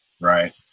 right